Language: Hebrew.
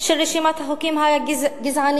של רשימת החוקים הגזעניים?